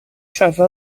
travel